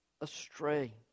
astray